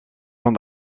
van